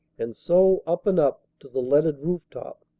and so up and up to the leaded rooftop,